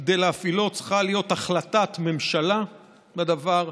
כדי להפעילו צריכה להיות החלטת ממשלה בדבר.